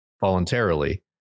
voluntarily